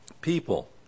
people